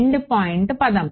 endpoint పదం